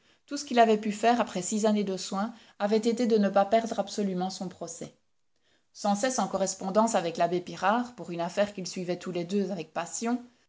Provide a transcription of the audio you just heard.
tout ce qu'il avait pu faire après six années de soins avait été de ne pas perdre absolument son procès sans cesse en correspondance avec l'abbé pirard pour une affaire qu'ils suivaient tous les deux avec passion